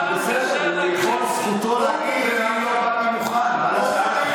אבל בסדר, זכותו להגיד: אני לא באתי מוכן.